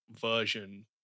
version